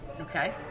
Okay